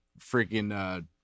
freaking